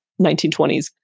1920s